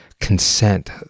consent